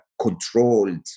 controlled